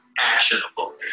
actionable